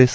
S